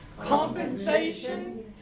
compensation